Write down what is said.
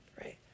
right